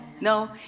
no